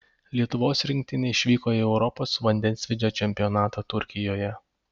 lietuvos rinktinė išvyko į europos vandensvydžio čempionatą turkijoje